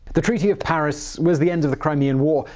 the treaty of paris was the end of the crimean war,